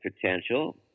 potential